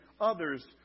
others